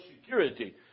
security